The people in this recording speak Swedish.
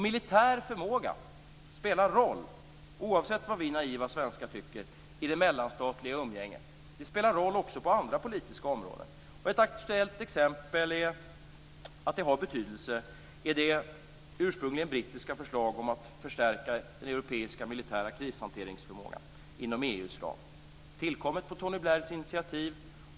Militär förmåga spelar roll, oavsett vad vi naiva svenskar tycker, i det mellanstatliga umgänget. Det spelar roll också på andra politiska områden. Ett aktuellt exempel på att det har betydelse är det ursprungligen brittiska förslaget om att inom EU:s ram förstärka den europeiska militära krishanteringsförmågan, tillkommet på Tony Blairs initiativ.